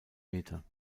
meter